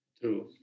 True